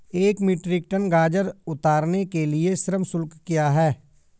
एक metric tonne गाजर उतारने के लिए श्रम शुल्क क्या है?